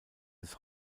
des